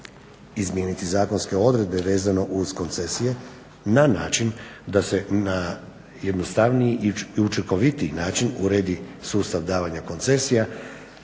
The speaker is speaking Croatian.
Izmijeniti zakonske odredbe vezano uz koncesije na način da se na jednostavniji i učinkovitiji način uredi sustav davanja koncesija